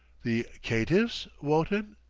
the caitiffs, wotton?